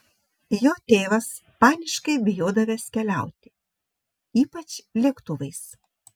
jo tėvas paniškai bijodavęs keliauti ypač lėktuvais